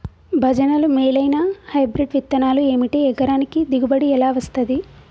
భజనలు మేలైనా హైబ్రిడ్ విత్తనాలు ఏమిటి? ఎకరానికి దిగుబడి ఎలా వస్తది?